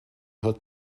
hat